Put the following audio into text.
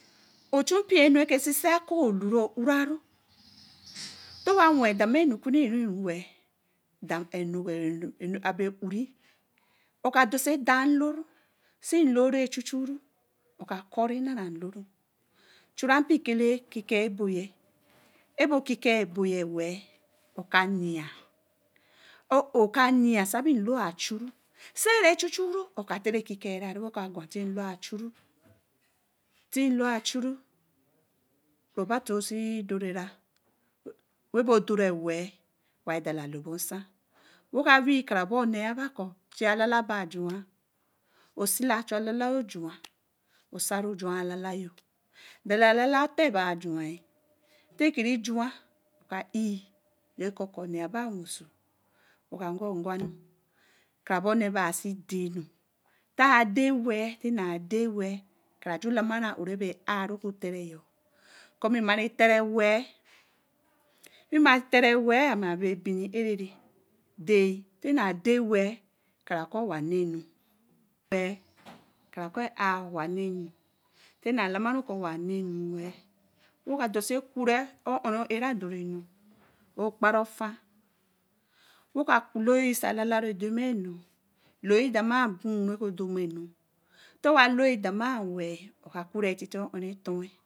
Uchu pino reke sisi akaa olu urū ntewa wea denmanu wel we mbalo abiri uruu odosen ɛtaalo-oh nsi nloo re-jōjō-oh oka cme weh ɛbo, chura mbi kaka-ɛbo-oh ɛbo ɛkoka ɛbo-oh wel oka yu sabe nlor achuu rebasi dorira wee ba doriwe wokā wii kara-boni yaba chuū alalaba chuai osila chu alala-oh dala alala ute-ba chui osaro juā alala-oh tekere jua wo ka ɛii rekokoni wen so we karaboni bai asi ade tena dey wel kara ju lamara-oh ebe aah kɔ̄ ma bre tre-wel be mai tre-wel kara kɔ̄ wa nenu wel te na lama kɔ̄ wa nenu odosi kurel un ro ɛɛra dorienu wol kpari ofaa wo ka loyin so alala rodemanu loyin demaa abuu ro dormaenu wel wo ka curre tetee unto-oh.